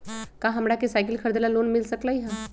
का हमरा के साईकिल खरीदे ला लोन मिल सकलई ह?